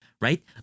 right